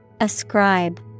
Ascribe